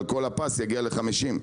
אבל כל הפס יגיע ל-50.